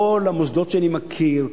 כל המוסדות שאני מכיר,